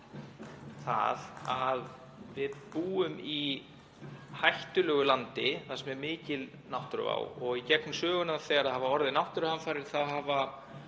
upp, en við búum í hættulegu landi þar sem er mikil náttúruvá. Í gegnum söguna, þegar það hafa orðið náttúruhamfarir, hafa